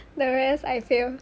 the rest I feel